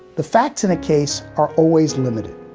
the facts in the case are always limited.